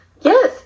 Yes